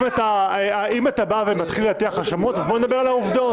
אם אתה מתחיל להטיח האשמות אז בואו נדבר על העובדות.